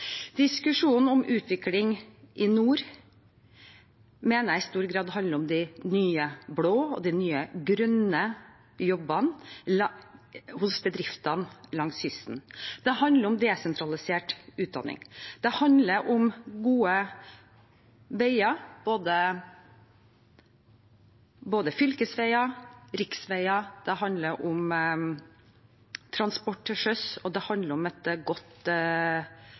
Diskusjonen om utvikling i nord mener jeg i stor grad handler om de nye blå og de nye grønne jobbene hos bedriftene langs kysten. Det handler om desentralisert utdanning. Det handler om gode veier, både fylkesveier og riksveier. Det handler om transport til sjøs, og det handler om et godt